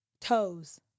Toes